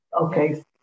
Okay